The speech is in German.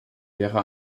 wäre